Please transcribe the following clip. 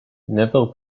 never